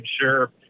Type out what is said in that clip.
sure